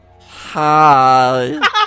Hi